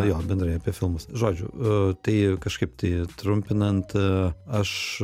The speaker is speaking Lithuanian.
jo bendrai apie filmus žodžiu tai kažkaip tai trumpinant aš